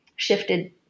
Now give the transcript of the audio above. shifted